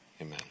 Amen